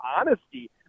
honesty